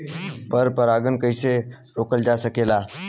पर परागन कइसे रोकल जा सकेला?